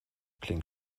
klingt